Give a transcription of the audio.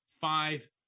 five